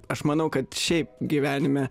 aš manau kad šiaip gyvenime